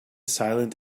silent